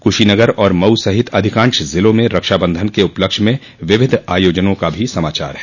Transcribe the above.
कुशीनगर और मऊ सहित अधिकांश जिलों में रक्षा बंधन क उपलक्ष्य में विविध आयोजनों का भी समाचार है